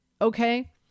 okay